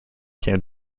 came